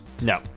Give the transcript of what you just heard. No